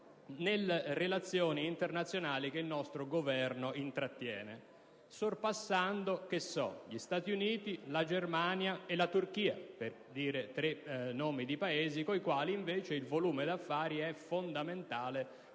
nelle relazioni internazionali che il nostro Governo intrattiene, sorpassando, che so, gli Stati Uniti, la Germania e la Turchia, per citare tre Paesi con i quali invece il volume di affari è fondamentale